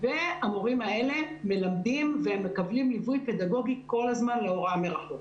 והמורים האלה מלמדים והם מקבלים ליווי פדגוגי כל הזמן להוראה מרחוק.